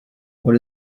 what